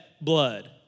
blood